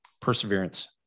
Perseverance